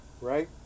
right